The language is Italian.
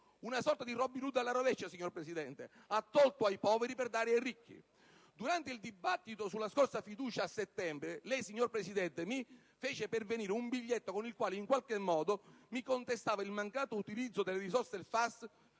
Una sorta di Robin Hood alla rovescia, signor Presidente: ha tolto ai poveri per dare ai ricchi! Durante il dibattito sulla scorsa fiducia a settembre, lei, signor Presidente, mi fece pervenire un biglietto con il quale, in qualche modo, mi contestava il mancato utilizzo delle risorse del FAS